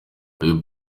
uyu